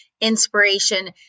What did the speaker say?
inspiration